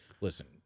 listen